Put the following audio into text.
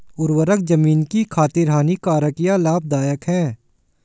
उर्वरक ज़मीन की खातिर हानिकारक है या लाभदायक है?